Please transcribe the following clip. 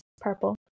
purple